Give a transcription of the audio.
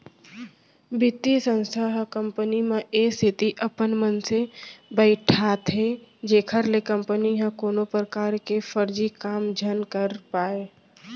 बित्तीय संस्था ह कंपनी म ए सेती अपन मनसे बइठाथे जेखर ले कंपनी ह कोनो परकार के फरजी काम झन कर पाय